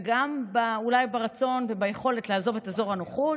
וגם אולי על הרצון והיכולת לעזוב את אזור הנוחות